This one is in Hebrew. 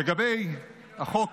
לגבי החוק,